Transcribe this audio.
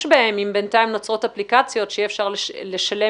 בהן אם בינתיים נוצרות אפליקציות שיהיה אפשר לשלם